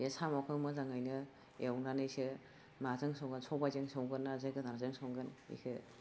बे साम'खौ मोजाङैनो एवनानैसो माजों संगोन सबाइजों संगोनना जोगोनारजों संगोन बेखौ